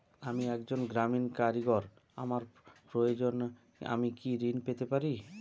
আমি একজন গ্রামীণ কারিগর আমার প্রয়োজনৃ আমি কি ঋণ পেতে পারি?